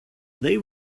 they